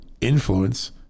influence